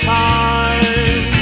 time